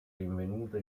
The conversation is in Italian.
rinvenuta